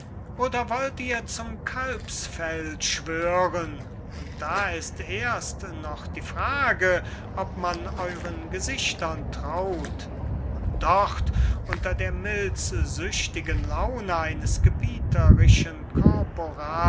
oder wollt ihr zum kalbsfell schwören und da ist erst noch die frage ob man euren gesichtern traut und dort unter der milzsüchtigen laune eines